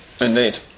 Indeed